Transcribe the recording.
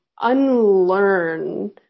unlearn